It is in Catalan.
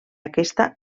aquesta